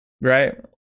right